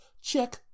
Check